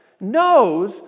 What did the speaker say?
knows